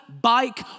bike